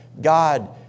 God